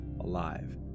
alive